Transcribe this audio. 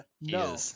no